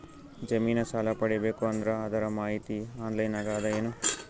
ಜಮಿನ ಸಾಲಾ ಪಡಿಬೇಕು ಅಂದ್ರ ಅದರ ಮಾಹಿತಿ ಆನ್ಲೈನ್ ನಾಗ ಅದ ಏನು?